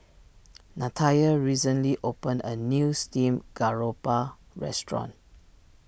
Natalya recently opened a new Steamed Garoupa restaurant